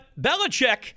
Belichick